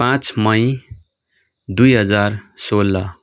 पाँच मई दुई हजार सोह्र